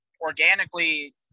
organically